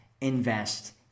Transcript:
invest